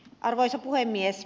arvoisa puhemies